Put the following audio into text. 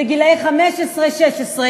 בגיל 16-15,